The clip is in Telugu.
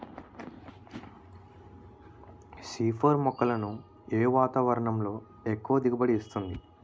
సి ఫోర్ మొక్కలను ఏ వాతావరణంలో ఎక్కువ దిగుబడి ఇస్తుంది?